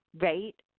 right